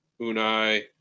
unai